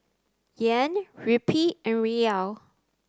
Yen Rupee and Riel